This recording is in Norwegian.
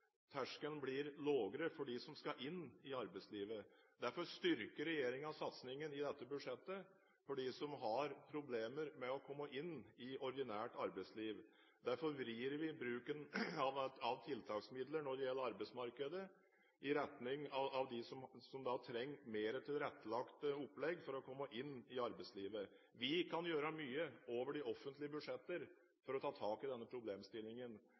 terskelen blir lavere for dem som skal inn i arbeidslivet. Derfor styrker regjeringen satsingen i dette budsjettet for dem som har problemer med å komme inn i ordinært arbeidsliv. Derfor vrir vi bruken av tiltaksmidler når det gjelder arbeidsmarkedet, i retning av dem som trenger mer tilrettelagte opplegg for å komme inn i arbeidslivet. Vi kan gjøre mye over de offentlige budsjetter for å ta tak i denne problemstillingen.